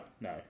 no